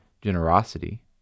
generosity